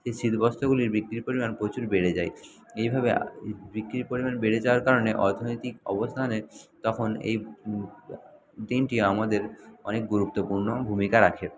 এই শীতবস্ত্রগুলির বিক্রির পরিমান প্রচুর বেড়ে যায় এইভাবে বিক্রির পরিমাণ বেড়ে যাওয়ার কারণে অর্থনৈতিক অবস্থানে তখন এই দিনটি আমাদের অনেক গুরুত্বপূর্ণ ভূমিকা রাখে